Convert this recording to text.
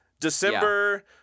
december